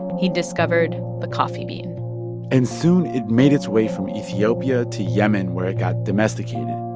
he discovered the coffee bean and soon it made its way from ethiopia to yemen, where it got domesticated.